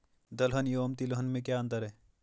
दलहन एवं तिलहन में क्या अंतर है?